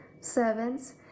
Servants